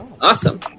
awesome